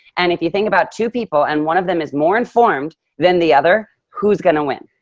and if you think about two people and one of them is more informed than the other, who's gonna win.